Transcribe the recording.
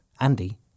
Andy